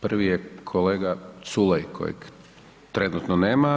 Prvi je kolega Culej kojeg trenutno nema.